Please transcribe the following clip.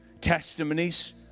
testimonies